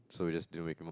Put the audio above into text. so we just do it